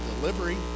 delivery